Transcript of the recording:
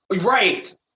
Right